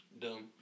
dumb